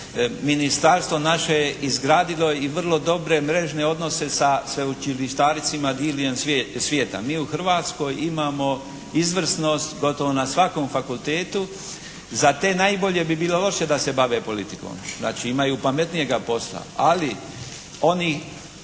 ministarstvo naše je izgradilo i vrlo dobre mrežne odnose sa sveučilištarcima diljem svijeta. Mi u Hrvatskoj imamo izvrsnost gotovo na svakom fakultetu. Za te najbolje bi bilo loše da se bave politikom. Znači, imaju pametnijega posla. Ali oni